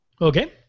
Okay